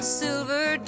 silver